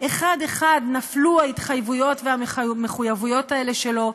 נפלו ההתחייבויות והמחויבויות האלה, שלו,